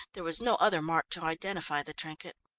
there was no other mark to identify the trinket.